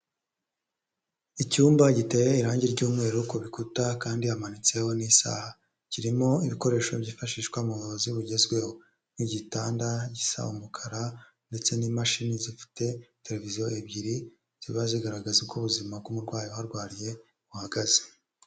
Icyumba giteye irangi ryumweru kukuta kandi amanitseho n'isaha, kirimo ibikoresho byifashishwa mu buvuzi bugezweho, nk'igitanda gisaba umukara, ndetse n'imashini zifite tereviziyo ebyiri, ziba zigaragaza uko ubuzima bw'umurwayi uharwariye, buhagaze.